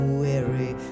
weary